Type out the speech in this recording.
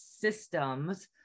systems